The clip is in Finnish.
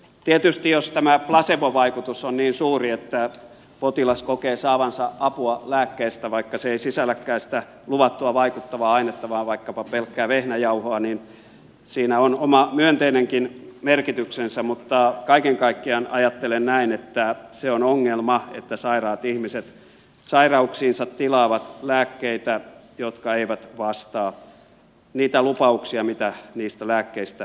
tietysti jos tämä plasebovaikutus on niin suuri että potilas kokee saavansa apua lääkkeestä vaikka se ei sisälläkään sitä luvattua vaikuttavaa ainetta vaan vaikkapa pelkkää vehnäjauhoa siinä on oma myönteinenkin merkityksensä mutta kaiken kaikkiaan ajattelen näin että se on ongelma että sairaat ihmiset sairauksiinsa tilaavat lääkkeitä jotka eivät vastaa niitä lupauksia mitä niistä lääkkeistä annetaan